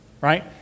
Right